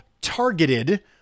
targeted